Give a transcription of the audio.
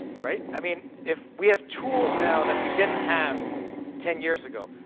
right, i mean, if we have tools now that we didn't have ten years ago.